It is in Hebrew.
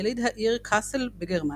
יליד העיר קאסל בגרמניה,